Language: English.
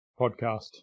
podcast